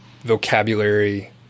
vocabulary